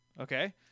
okay